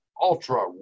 ultra